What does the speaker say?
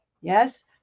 Yes